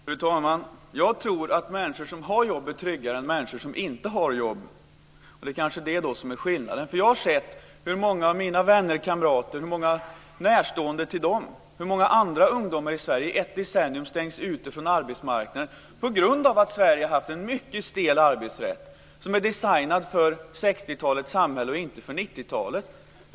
Fru talman! Jag tror att människor som har jobb är tryggare än människor som inte har jobb. Det är kanske det som är skillnaden. Jag har sett hur många av mina vänner, kamrater och deras närstående och många andra ungdomar i Sverige i ett decennium stängts ute från arbetsmarknaden på grund av att Sverige har haft en mycket stel arbetsrätt. Den är designad för 60-talets samhälle och inte för 90-talets.